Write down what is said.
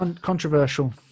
controversial